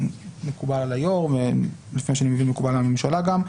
שמקובל על היו"ר וכפי שאני מבין מקובל על הממשלה גם,